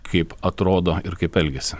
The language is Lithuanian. kaip atrodo ir kaip elgiasi